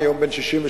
אני היום בן 63,